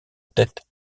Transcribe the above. tête